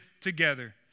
together